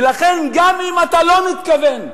ולכן, גם אם אתה לא מתכוון להפלות,